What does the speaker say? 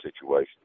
situation